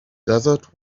desert